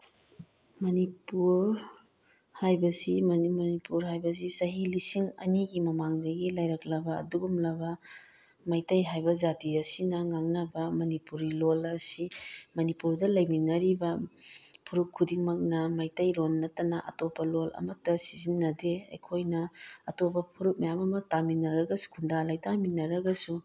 ꯃꯅꯤꯄꯨꯔ ꯍꯥꯏꯕꯁꯤ ꯃꯅꯤꯄꯨꯔ ꯍꯥꯏꯕꯁꯤ ꯆꯍꯤ ꯂꯤꯁꯤꯡ ꯑꯅꯤꯒꯤ ꯃꯃꯥꯡꯗꯒꯤ ꯂꯩꯔꯛꯂꯕ ꯃꯩꯇꯩ ꯍꯥꯏꯕ ꯖꯥꯇꯤ ꯑꯁꯤꯅ ꯉꯥꯡꯅꯕ ꯃꯅꯤꯄꯨꯔꯤ ꯂꯣꯜ ꯑꯁꯤ ꯃꯅꯤꯄꯨꯔꯗ ꯂꯩꯃꯤꯟꯅꯔꯤꯕ ꯐꯨꯔꯨꯞ ꯈꯨꯗꯤꯡꯃꯛꯅ ꯃꯩꯇꯩ ꯂꯣꯜ ꯅꯠꯇꯅ ꯑꯇꯣꯞꯄ ꯂꯣꯜ ꯑꯃꯠꯇ ꯁꯤꯖꯤꯟꯅꯗꯦ ꯑꯩꯈꯣꯏꯅ ꯑꯇꯣꯞꯄ ꯐꯨꯔꯨꯞ ꯃꯌꯥꯝ ꯑꯃ ꯇꯃꯤꯟꯅꯔꯒꯁꯨ ꯈꯨꯟꯗꯥ ꯂꯩꯃꯤꯟꯅꯔꯒꯁꯨ